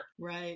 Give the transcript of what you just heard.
Right